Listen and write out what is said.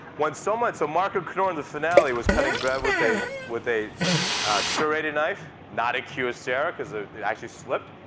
when someone so marco canora in the finale was cutting bread with a with a serrated knife. not a kyocera, because ah it actually slipped.